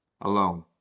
alone